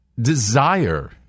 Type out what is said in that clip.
desire